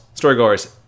storygoers